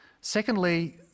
secondly